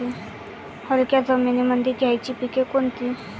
हलक्या जमीनीमंदी घ्यायची पिके कोनची?